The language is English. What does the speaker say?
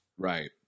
Right